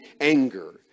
anger